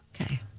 Okay